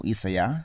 Isaya